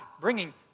bringing